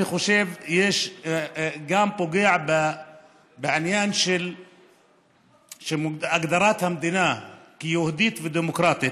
אני חושב שהוא פוגע גם בעניין של הגדרת המדינה כיהודית ודמוקרטית.